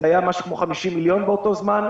זה היה משהו כמו 50 מיליון שקל באותו זמן.